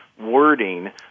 wording